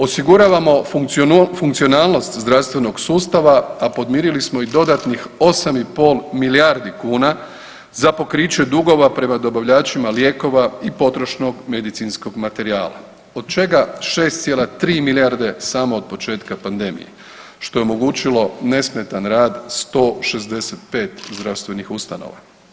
Osiguravamo funkcionalnost zdravstvenog sustava, a podmirili smo i dodatnih 8,5 milijardi kuna za pokriće dugova prema dobavljačima lijekova i potrošnog medicinskog materijala, od čega 6,3 milijarde samo od početka pandemije, što je omogućilo nesmetan rad 165 zdravstvenih ustanova.